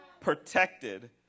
protected